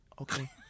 Okay